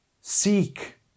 Seek